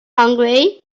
hungry